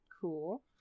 Cool